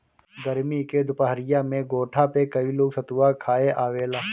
गरमी के दुपहरिया में घोठा पे कई लोग सतुआ खाए आवेला